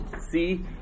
see